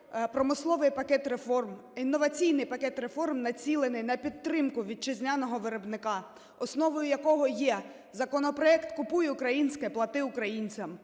промисловий пакет реформ, інноваційний пакет реформ, націлений на підтримку вітчизняного виробника, основою якого є законопроект "Купуй українське, плати українцям",